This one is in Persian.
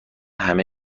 همه